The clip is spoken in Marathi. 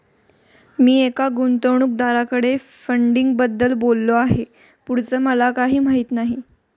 मी एका गुंतवणूकदाराकडे फंडिंगबद्दल बोललो आहे, पुढचं मला काही माहित नाही